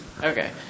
okay